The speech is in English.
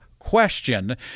question